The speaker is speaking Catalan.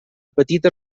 petita